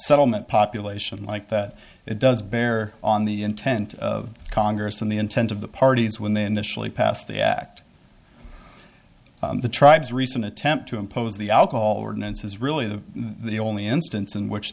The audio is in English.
settlement population like that it does bear on the intent of congress and the intent of the parties when they initially passed the act the tribes recent attempt to impose the alcohol ordinance is really the the only instance in which